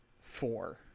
four